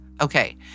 Okay